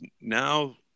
now